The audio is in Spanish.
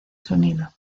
sonido